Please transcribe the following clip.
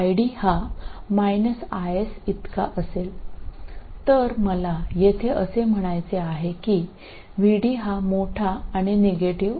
യെക്കാൾ കൂടുതൽ ആയിരിക്കും കൂടാതെ അപ്പോൾ ID എന്നത് ഏകദേശം IS ആയിരിക്കും അതിനാൽ ഞാൻ ഇവിടെ പറയുന്നത് VD വലുതും നെഗറ്റീവുമാണ്